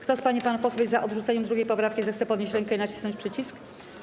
Kto z pań i panów posłów jest za odrzuceniem 2. poprawki, zechce podnieść rękę i nacisnąć przycisk.